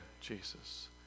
Jesus